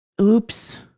oops